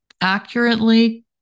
accurately